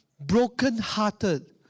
brokenhearted